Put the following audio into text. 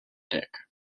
dick